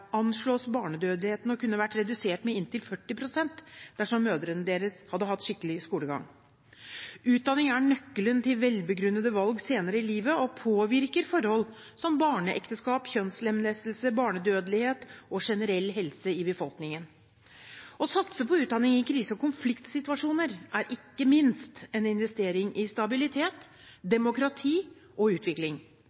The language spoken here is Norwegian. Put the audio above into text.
anslås barnedødeligheten til å kunne vært redusert med inntil 40 pst. dersom mødrene hadde hatt skikkelig skolegang. Utdanning er nøkkelen til velbegrunnede valg senere i livet og påvirker forhold som barneekteskap, kjønnslemlestelse, barnedødelighet og generell helse i befolkningen. Å satse på utdanning i krise- og konfliktsituasjoner er ikke minst en investering i stabilitet,